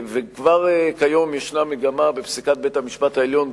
וכבר כיום יש מגמה בפסיקת בית-המשפט העליון,